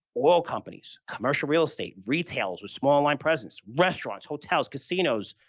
oil companies, commercial real estate, retails with small online presence, restaurants, hotels, casinos,